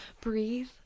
breathe